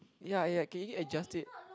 ya ya can you adjust it